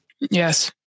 Yes